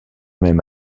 même